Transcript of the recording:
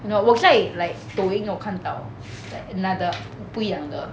you know 我在 like 抖音我看到 like 那个不一样的